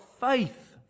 faith